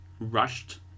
rushed